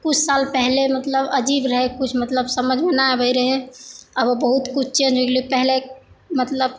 कुछ साल पहले मतलब अजीब रहै कुछ मतलब कुछ समझमे नहि आबै रहै आब उ बहुत कुछ चेंज होइ गेलै पहले मतलब